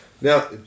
now